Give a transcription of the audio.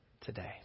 today